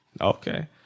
Okay